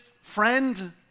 Friend